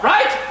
Right